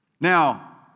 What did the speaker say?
Now